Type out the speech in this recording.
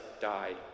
died